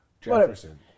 Jefferson